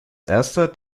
erster